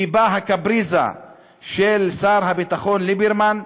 כי באה הקפריזה של שר הביטחון ליברמן,